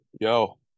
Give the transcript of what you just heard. Yo